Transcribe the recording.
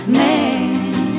man